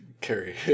carry